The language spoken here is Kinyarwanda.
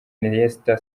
iniesta